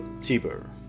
Tiber